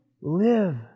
live